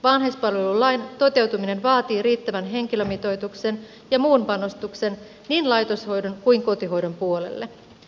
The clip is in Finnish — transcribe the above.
vanhuspalvelulain toteutuminen vaatii riittävän henkilömitoituksen ja muun panostuksen niin laitoshoidon kuin kotihoidonkin puolelle